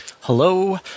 Hello